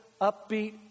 upbeat